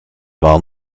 war